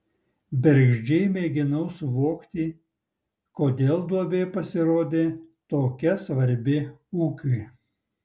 bergždžiai mėginau suvokti kodėl duobė pasirodė tokia svarbi ūkiui